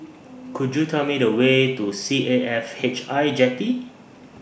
Could YOU Tell Me The Way to C A F H I Jetty